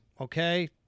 okay